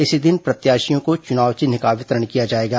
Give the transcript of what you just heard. इसी दिन प्रत्याशियों को चुनाव चिन्ह का वितरण किया जाएगा